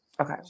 okay